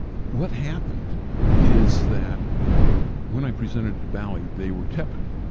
what happened is that when i presented it to bally, they were tepid.